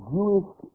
Jewish